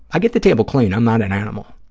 i get the table clean. i'm not an animal,